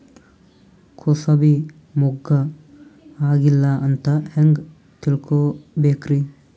ಕೂಸಬಿ ಮುಗ್ಗ ಆಗಿಲ್ಲಾ ಅಂತ ಹೆಂಗ್ ತಿಳಕೋಬೇಕ್ರಿ?